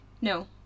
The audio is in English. No